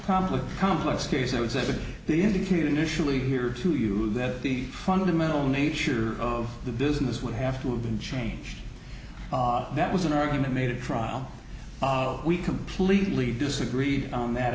conflict complex case i would say that they indicate initially here to you that the fundamental nature of the business would have to have been changed that was an argument made a trial we completely disagree on that